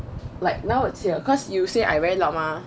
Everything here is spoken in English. like now it's here cause you say I very loud mah